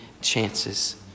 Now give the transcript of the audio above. chances